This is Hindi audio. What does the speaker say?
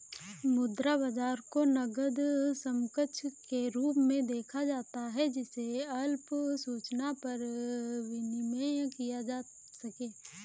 मुद्रा बाजार को नकद समकक्ष के रूप में देखा जाता है जिसे अल्प सूचना पर विनिमेय किया जा सके